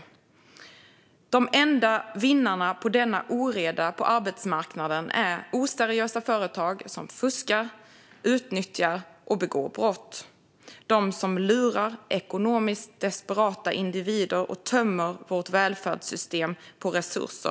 "De enda vinnarna på denna oreda på arbetsmarknaden är oseriösa företag som fuskar, utnyttjar och begår brott. De som lurar ekonomiskt desperata individer och tömmer vårt välfärdssystem på resurser.